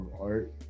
art